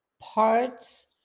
parts